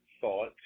thought